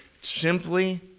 simply